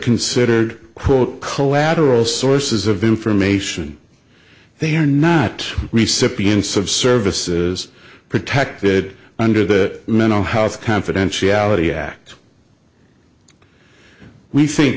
considered quote collateral sources of information they are not recent being sort of services protected under the mental health confidentiality act we think